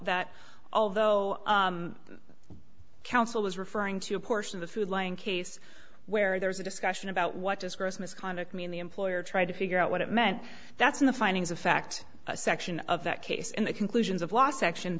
that although counsel was referring to a portion of the food lion case where there's a discussion about what just gross misconduct mean the employer tried to figure out what it meant that's in the findings of fact a section of that case in the conclusions of law section